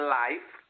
life